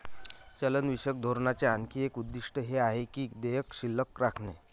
चलनविषयक धोरणाचे आणखी एक उद्दिष्ट हे आहे की देयके शिल्लक राखणे